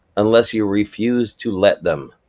unless you refuse to let them.